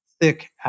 thick